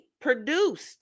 produced